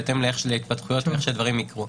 בהתאם להתפתחויות ואיך שהדברים יקרו.